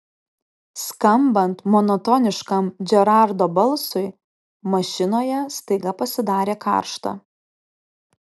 skambant monotoniškam džerardo balsui mašinoje staiga pasidarė karšta